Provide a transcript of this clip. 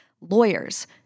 lawyers